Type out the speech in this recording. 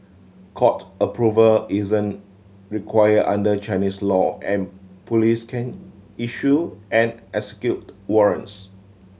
court approval isn't required under Chinese law and police can issue and execute warrants